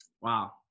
Wow